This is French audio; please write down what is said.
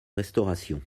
restauration